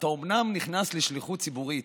אתה אומנם נכנס לשליחות ציבורית,